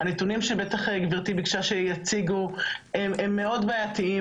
הנתונים שבטח גברתי ביקשה שיציגו הם מאוד בעייתיים.